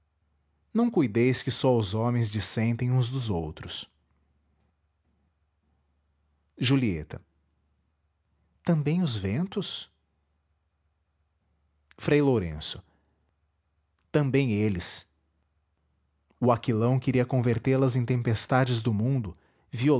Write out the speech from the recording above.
não cuideis que só os homens dissentem uns dos outros julieta também os ventos frei lourenço também eles o aquilão queria convertê las em tempestades do mundo